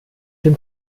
dem